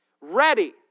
Ready